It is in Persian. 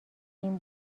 این